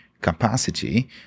capacity